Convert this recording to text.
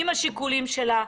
עם השיקולים שלה,